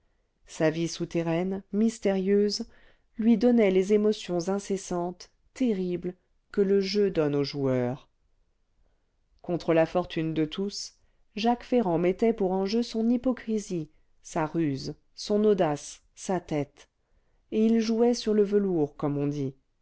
sa vie souterraine mystérieuse lui donnait les émotions incessantes terribles que le jeu donne au joueur contre la fortune de tous jacques ferrand mettait pour enjeu son hypocrisie sa ruse son audace sa tête et il jouait sur le velours comme on dit